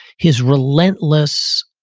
his relentless,